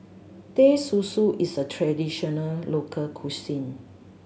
Teh Susu is a traditional local cuisine